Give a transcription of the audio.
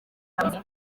kamwe